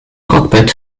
cockpit